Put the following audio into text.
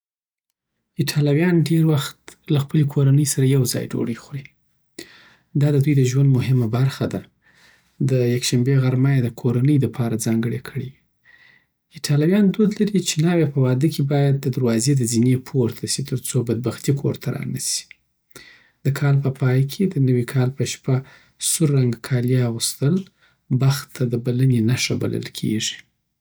ایټالویان ډېر وخت له خپلی کورنۍ سره یو ځای ډوډۍ خوري، دا د دوی د ژوند مهمه برخه ده. د یکشنبې غرمه یی د کورنۍ دپاره ځانګړی کړی وي. ایټالویان دود لری چی ناوی په واده کی باید د دروازې له زینې پورته سی ترڅو بد بختي کور ته رانسی د کال په پای کې، د "نوی کال په شپه" سور رنګ کالی اغوستل بخت ته د بلنې نښه بلل کېږي.